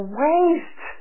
waste